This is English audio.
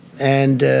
and